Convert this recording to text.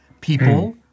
People